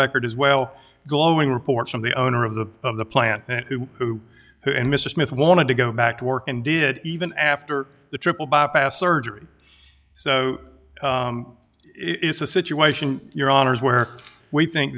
record as well glowing reports from the owner of the of the plant who who and mr smith wanted to go back to work and did even after the triple bypass surgery so it's a situation your honour's where we think